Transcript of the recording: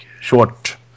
short